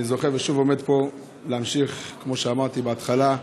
אני שוב עומד פה וזוכה להמשיך, כמו שאמרתי בהתחלה,